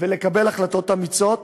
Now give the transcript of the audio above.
ולקבל החלטות אמיצות,